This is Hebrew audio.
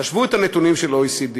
תשוו את הנתונים של ה-OECD.